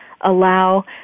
allow